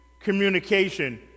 communication